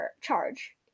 charge